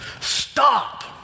Stop